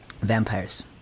Vampires